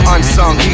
Unsung